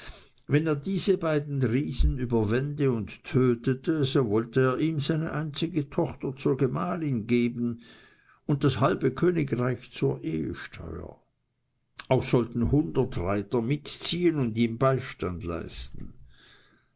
wenn er diese beiden riesen überwände und tötete so wollte er ihm seine einzige tochter zur gemahlin geben und das halbe königreich zur ehesteuer auch sollten hundert reiter mitziehen und ihm beistand leisten